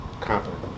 confident